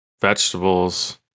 vegetables